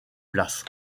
place